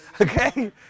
Okay